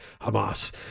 Hamas